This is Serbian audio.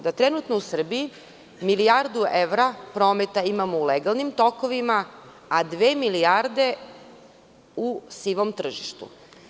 Da trenutno u Srbiji milijardu evra prometa imamo u legalnim tokovima, a dve milijarde u sivom tržištu.